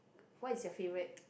what is your favorite